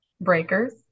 breakers